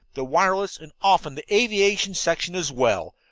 the wireless, and often the aviation section as well,